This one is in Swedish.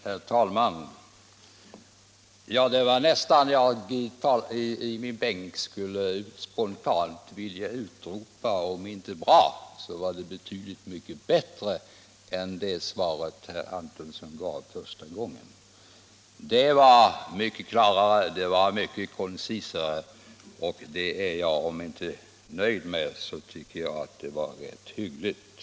Herr talman! Det var nästan så att jag i min bänk spontant ville utropa att herr Antonssons inlägg var om inte bra så i alla fall betydligt bättre än det svar som han gav första gången han var uppe. Det var mycket klarare. Det var mycket koncisare. Även om jag inte är nöjd med herr Antonssons inlägg tycker jag det var rätt hyggligt.